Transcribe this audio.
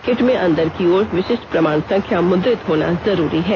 kit में अंदर की ओर विशिष्ट प्रमाण संख्या मुद्रित होना जरूरी है